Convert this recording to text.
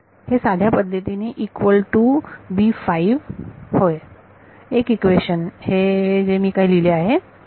हे साध्या पद्धतीने इक्वल टू b 5 होय एक इक्वेशन हे जे काही मी लिहिले आहे